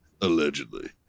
Allegedly